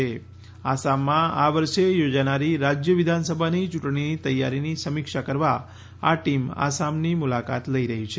ભારતીય ચૂંટણી પંચ આસામમાં આ વર્ષે યોજાનારી રાજ્ય વિધાનસભાની ચૂંટણીની તૈયારીની સમીક્ષા કરવા આ ટીમ આસામની મુલાકાત લઈ રહી છે